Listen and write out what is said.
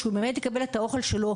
שהוא באמת יקבל את האוכל שלו.